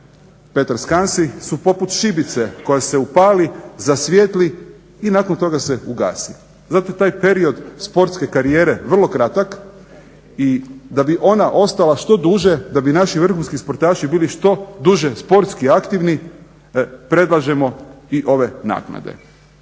Petar Skansi su poput šibice koja se upali, zasvijetli i nakon toga se ugasi. Zato je taj period sportske karijere vrlo kratak i da bi ona ostala što duže, da bi naši vrhunski sportaši bili što duže sportski aktivni predlažemo i ove naknade.